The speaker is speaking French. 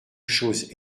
chose